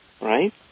right